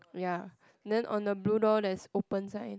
ya then on the blue door there's open sign